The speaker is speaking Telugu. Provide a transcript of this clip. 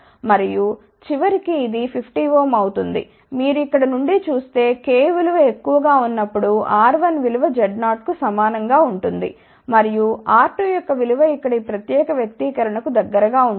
మరియు చివరికి ఇది 50Ω అవుతుంది మీరు ఇక్కడ నుండి చూస్తే k విలువ ఎక్కువగా ఉన్నప్పుడు R1 విలువ Z0 కు సమానం గా ఉంటుంది మరియు R2యొక్క విలువ ఇక్కడ ఈ ప్రత్యేక వ్యక్తీకరణ కు దగ్గరగా ఉంది